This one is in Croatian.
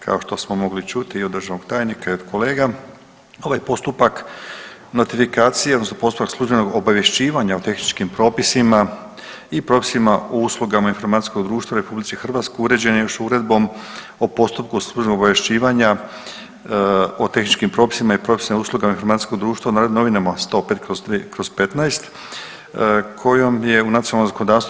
Kao što smo mogli čuti i od državnog tajnika i od kolega ovaj postupak notifikacije odnosno postupak službenog obavješćivanja o tehničkim propisima i propisima o uslugama informacijskog društva u RH uređen je još Uredbom o postupku u svrhu obavješćivanja o tehničkim propisima i propisima i uslugama informacijskog društvo u Narodnim novinama 105/